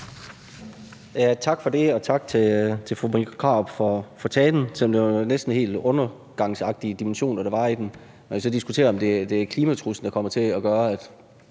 Tak for det. Og tak til fru Marie Krarup for talen – selv om det var helt undergangsagtige toner, der var i den. Man kan så diskutere, om det er klimatruslen, der kommer til at gøre, at